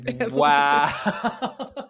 wow